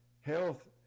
Health